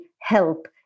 help